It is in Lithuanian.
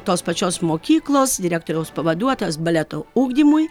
tos pačios mokyklos direktoriaus pavaduotojas baleto ugdymui